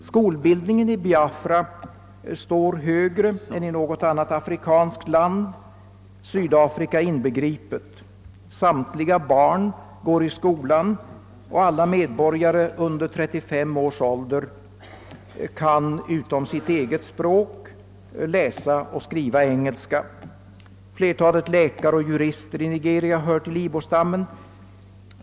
Skolbildningen i Biafra står högre än i något annat afrikanskt land, Sydafrika inbegripet. Samtliga barn går i skolan, och alla medborgare under 35 års ålder kan utom sitt eget språk läsa och skriva engelska. Flertalet läkare och jurister i Nigeria hör till ibostammen.